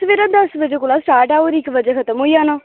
सबेरै दस्स बजे कोला स्टार्ट ऐ होर इक्क बजे खत्म होई जाना